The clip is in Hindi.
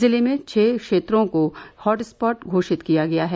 जिले में छह क्षेत्रों को हॉटस्पॉट घोषित किया गया है